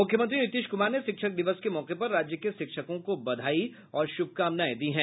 मुख्यमंत्री नीतीश कुमार ने शिक्षक दिवस के मौके पर राज्य के शिक्षकों को बधाई और शुभकामनायें दी हैं